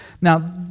Now